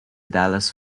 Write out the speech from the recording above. dallas